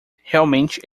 realmente